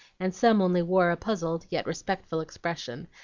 and some only wore a puzzled yet respectful expression,